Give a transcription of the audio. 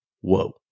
Whoa